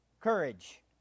Courage